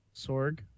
Sorg